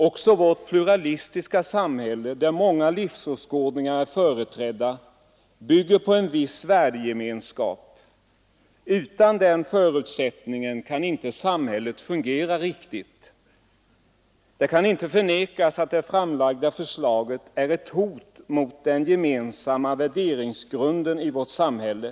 Också vårt pluralistiska samhälle, där många livsåskådningar är företrädda, bygger på en viss värdegemenskap. Utan den förutsättningen kan inte samhället fungera riktigt. Det kan inte förnekas att det framlagda förslaget är ett hot mot den gemensamma värderingsgrunden i vårt samhälle.